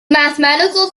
mathematical